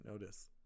notice